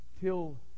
till